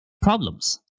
problems